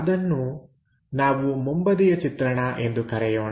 ಅದನ್ನು ನಾವು ಮುಂಬದಿಯ ಚಿತ್ರಣ ಎಂದು ಕರೆಯೋಣ